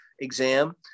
exam